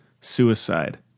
suicide